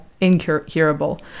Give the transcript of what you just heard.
Incurable